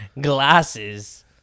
glasses